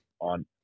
on